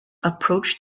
approached